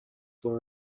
were